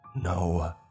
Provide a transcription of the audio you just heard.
No